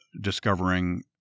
discovering